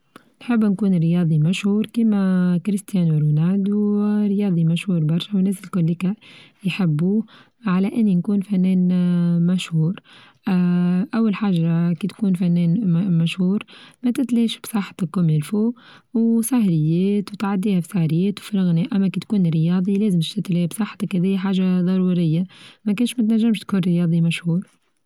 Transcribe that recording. نحب نكون رياضي مشهور كيما كريستيانو رونالدو رياضي مشهور برشا والناس الكوليكا يحبوه على إني نكون فنانة مشهور، اه أول حاجة كي تكون فنان مشهور ماتتلاش بصحتكوم للفو وسهريات وتعديها فسهريات وفي الغناء، أما كي تكون رياضي لازم تشتلى بصحتك هاديا حاچة ضرورية ماكاش ماتنچمش تكون رياضي مشهور.